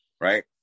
right